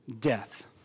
death